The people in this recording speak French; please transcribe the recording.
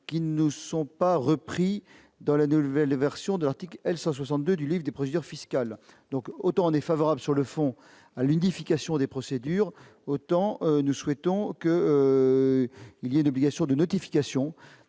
qui ne sont pas repris dans la nouvelle version de l'article L. 262 du livre des procédures fiscales. Autant la commission est favorable sur le fond à l'unification des procédures, autant elle souhaite conserver une obligation de notification.